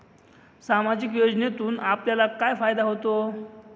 सामाजिक योजनेतून आपल्याला काय फायदा होतो?